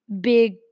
big